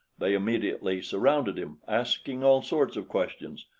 they immediately surrounded him, asking all sorts of questions,